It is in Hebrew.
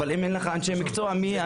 אבל אם אין לך אנשי מקצוע מי יאמן?